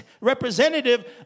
representative